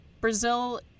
Brazil